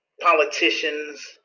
politicians